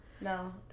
No